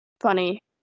funny